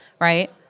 right